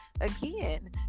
again